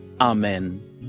Amen